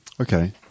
Okay